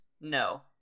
no